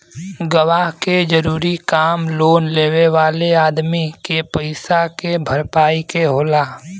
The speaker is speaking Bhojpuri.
गवाह के जरूरी काम लोन लेवे वाले अदमी के पईसा के भरपाई के होला